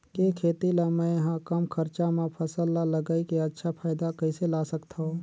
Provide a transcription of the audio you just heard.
के खेती ला मै ह कम खरचा मा फसल ला लगई के अच्छा फायदा कइसे ला सकथव?